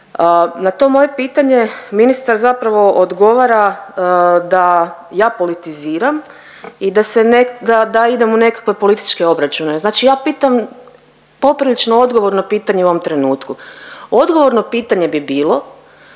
Na to moje pitanje ministar zapravo odgovara da ja politiziram i da se ne, da idem u nekakve političke obračune. Znači ja pitam poprilično odgovorno pitanje u ovom trenutku. Odgovorno pitanje bi bilo